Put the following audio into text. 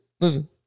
listen